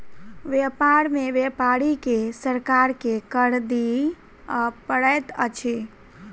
व्यापार में व्यापारी के सरकार के कर दिअ पड़ैत अछि